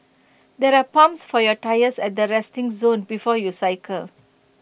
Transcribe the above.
there are pumps for your tyres at the resting zone before you cycle